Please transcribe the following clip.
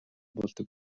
болдог